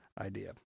idea